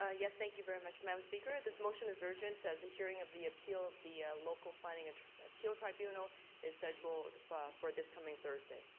ah yes, thank you very much, madam speaker. this motion is urgent as the hearing of the appeal of the local planning ah appeal tribunal is scheduled for this coming thursday.